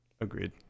Agreed